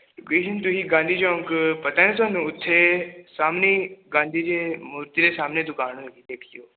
location ਤੁਸੀਂ ਗਾਂਧੀ ਚੌਂਕ ਪਤਾ ਹੈ ਤੁਹਾਨੂੰ ਉੱਥੇ ਸਾਹਮਣੇ ਗਾਂਧੀ ਜੀ ਮੋਚੇ ਦੇ ਸਾਹਮਣੇ ਦੁਕਾਨ ਹੈਗੀ ਦੇਖਿਓ